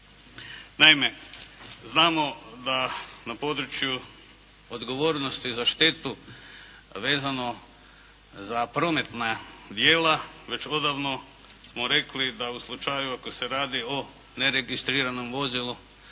Naime, znamo da na području odgovornosti za štetu vezano za prometna djela već odavno smo rekli da u slučaju ako se radi o neregistriranom vozilu,